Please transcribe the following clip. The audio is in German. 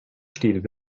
steht